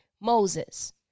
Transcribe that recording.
Moses